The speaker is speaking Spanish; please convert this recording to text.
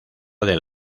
del